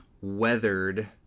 weathered